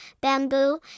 Bamboo